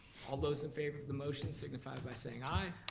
all those in favor of the motion, signify it by saying i.